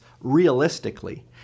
realistically